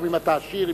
גם אם אתה עשיר,